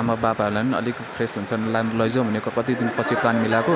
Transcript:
आमा बाबाहरूलाई नि अलिक फ्रेस हुन्छ लैजाऔँ भनेको कति दिनपछि प्लान मिलाएको